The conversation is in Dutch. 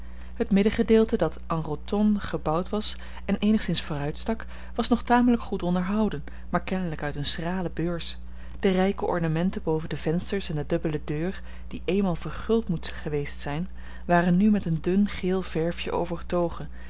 het middengedeelte dat en rotonde gebouwd was en eenigszins vooruitstak was nog tamelijk goed onderhouden maar kennelijk uit eene schrale beurs de rijke ornamenten boven de vensters en de dubbele deur die eenmaal verguld moeten geweest zijn waren nu met een dun geel verfje overtogen